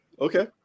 Okay